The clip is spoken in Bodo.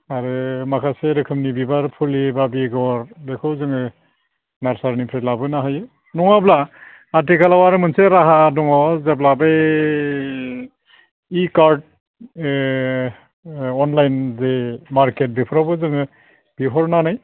आरो माखासे रोखोमनि बिबार फुलि बा बेगर बेखौ जोङो नारसारिनिफ्राय लाबोनो हायो नङाब्ला आथिखालाव आरो मोनसे राहा दङ जेब्ला बे इ कार्ट अनलाइन बे मारकेट बेफोरावबो जोङो बिहरनानै